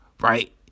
right